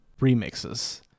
remixes